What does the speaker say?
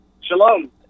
Shalom